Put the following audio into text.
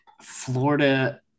Florida